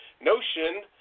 notion